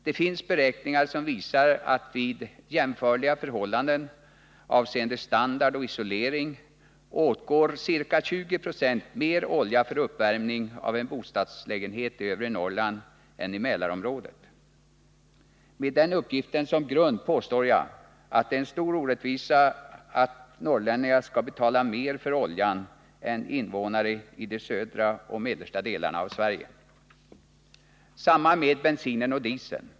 Det finns beräkningar som visar att vid jämförliga förhållanden i fråga om standard och isolering går det åt ca 20 20 mer olja för uppvärmning av en bostadslägenhet i övre Norrland än i Mälarområdet. Med den uppgiften som grund påstår jag att det är en stor orättvisa att norrlänningar skall betala mer för olja än invånare i de södra och mellersta delarna av Sverige. Detsamma gäller bensin och diesel.